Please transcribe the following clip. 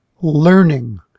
learning